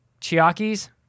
Chiaki's